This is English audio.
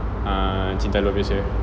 uh cinta luar biasa